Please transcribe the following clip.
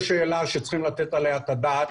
יש שאלה שצריך לתת עליה את הדעת